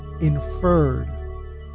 inferred